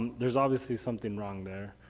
there's obviously something wrong there.